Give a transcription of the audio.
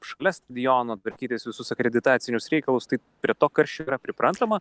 šalia stadiono tvarkytis visus akreditacinius reikalus tai prie to karščio yra priprantama